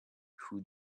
who